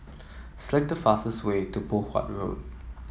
select the fastest way to Poh Huat Road